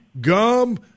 gum